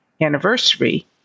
anniversary